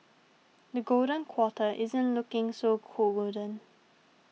the golden quarter isn't looking so co golden